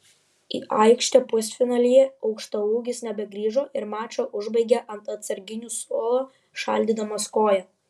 į aikštę pusfinalyje aukštaūgis nebegrįžo ir mačą užbaigė ant atsarginių suolo šaldydamas koją